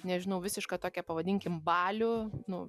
nežinau visišką tokią pavadinkim balių nu